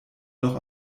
noch